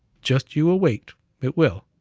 just you await it will.